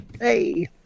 Hey